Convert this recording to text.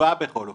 כתובה בכל אופן,